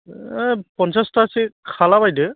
हाब फनसासथासो खालाबायदो